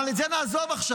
אבל את זה נעזוב עכשיו.